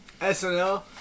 SNL